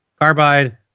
Carbide